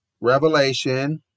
Revelation